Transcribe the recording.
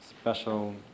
special